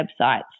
websites